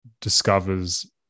discovers